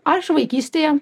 aš vaikystėje